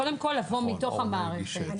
קודם כל, מתוך המערכת.